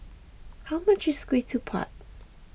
how much is Ketupat